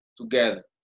together